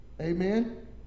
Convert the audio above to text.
Amen